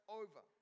over